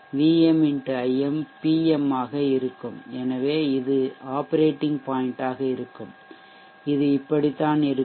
Vm X Im Pm ஆக இருக்கும் எனவே இது ஆப்பரேட்டிங் பாய்ன்ட் ஆக இருக்கும் இது இப்படித்தான் இருக்கும்